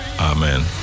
Amen